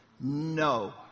No